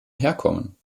herkommen